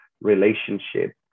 relationship